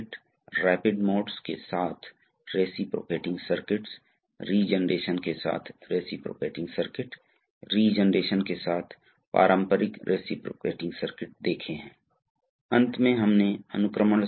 अगले पाठ में हम वास्तव में प्रवाह नियंत्रण वाल्व के साथ शुरू करेंगे इसलिए मैं इसे उस समय के लिए छोड़ रहा हूँ